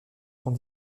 sont